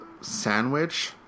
sandwich